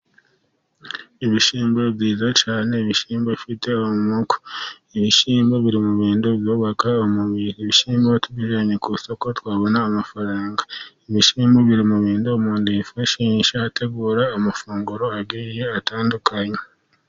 Ibishyimbo byiza cyane, ibishyimbo bifite amoko; ibishyimbo biri mu bintu byubaka umubiri, ibishimbo tujyana ku isoko twabona amafaranga, ibishimbo biri mubintu umuntu yifashisha ategura amafunguro agiye atandukanye.